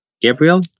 Gabriel